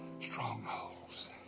Strongholds